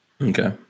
Okay